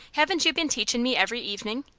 haven't you been teachin' me every evenin'?